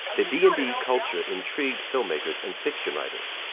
the d and d culture intrigued filmmakers and fiction writers.